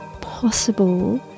possible